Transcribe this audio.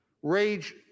rage